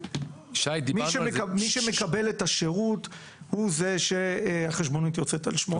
מי שמקבל את השירות הוא זה שהחשבונית יוצאת על שמו.